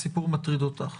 בהקשר הספציפי הזה,